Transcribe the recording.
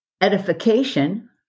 edification